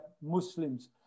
Muslims